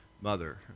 mother